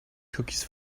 cookies